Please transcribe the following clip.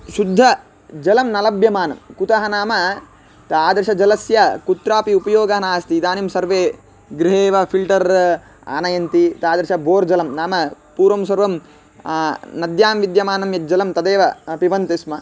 शुद्धजलं न लभ्यमानं कुतः नाम तादृशजलस्य कुत्रापि उपयोगः नास्ति इदानीं सर्वे गृहे एव फ़िल्टर् आनयन्ति तादृशबोर्जलं नाम पूर्वं सर्वं नद्यां विद्यमानं यद् जलं तदेव पिबन्ति स्म